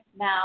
now